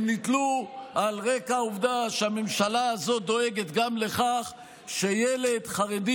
הם נתלו על רקע העובדה שהממשלה הזאת דואגת גם לכך שילד חרדי